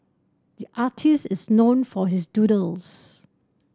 the artist is known for his doodles